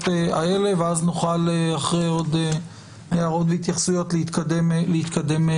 האלה ואחרי עוד הערות והתייחסויות נוכל להתקדם.